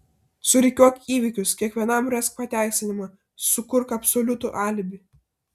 surikiuok įvykius kiekvienam rask pateisinimą sukurk absoliutų alibi